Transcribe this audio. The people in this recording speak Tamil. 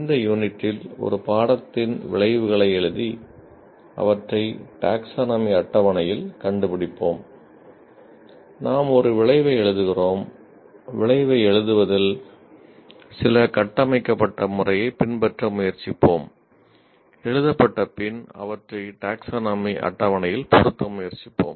இந்த யூனிட்டில் ஒரு பாடத்தின் விளைவுகளை அட்டவணையில் பொருத்த முயற்சிப்போம்